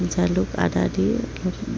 জালুক আদা দি